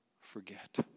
forget